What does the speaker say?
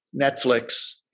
Netflix